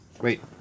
Wait